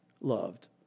loved